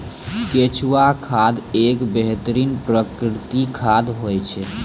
केंचुआ खाद एक बेहतरीन प्राकृतिक खाद होय छै